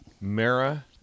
Mara